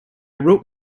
wrote